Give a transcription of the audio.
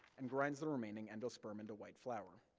and grinds the remaining endosperm into white flour,